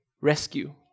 rescue